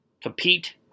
compete